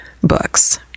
books